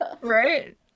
Right